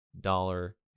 dollar